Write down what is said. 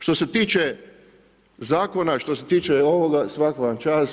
Što se tiče zakona, što se tiče ovoga, svaka vam čast.